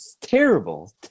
terrible